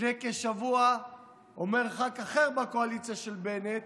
לפני כשבוע אמר ח"כ אחר בקואליציה של בנט